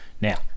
now